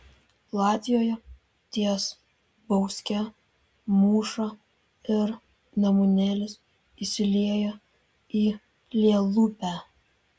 latvijoje ties bauske mūša ir nemunėlis įsilieja į lielupę